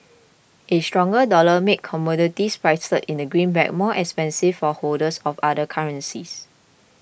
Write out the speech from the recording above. a stronger dollar makes commodities priced in the greenback more expensive for holders of other currencies